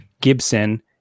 Gibson